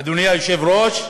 אדוני היושב-ראש,